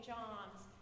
John's